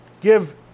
give